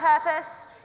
purpose